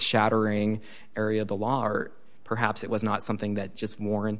shattering area of the law or perhaps it was not something that just